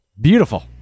Beautiful